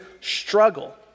struggle